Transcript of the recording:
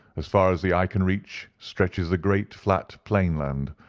as far as the eye can reach stretches the great flat plain-land,